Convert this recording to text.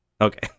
Okay